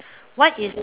what is